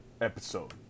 episode